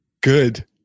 Good